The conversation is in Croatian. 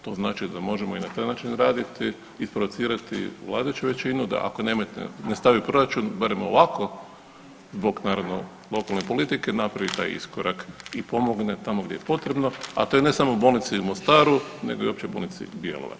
To znači da možemo i na taj način raditi i provocirati vladajuću većinu da ako ne stavi proračun barem ovako zbog naravno lokalne politike napravi taj iskorak i pomogne tamo gdje je potrebno, a to je ne samo bolnica u Mostaru, nego i Općoj bolnici u Bjelovaru.